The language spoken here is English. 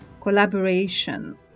Collaboration